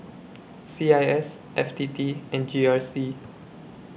C I S F T T and G R C